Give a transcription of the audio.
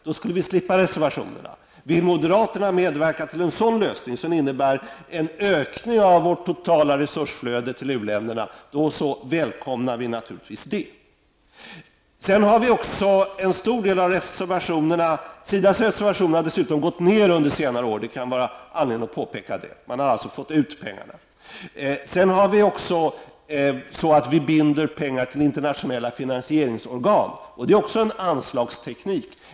Då skulle vi slippa reservationerna. Om moderaterna vill medverka till en sådan lösning som innebär en ökning av vårt totala resursflöde till u-länderna välkomnar vi naturligtvis det. Det kan dessutom finnas anledning att påpeka att SIDAs reservationer dessutom har minskat under senare år. Man har alltså fått ut pengarna. Vi binder också pengar till internationella finansieringsorgan, vilket också är en anslagsteknik.